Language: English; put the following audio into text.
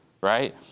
right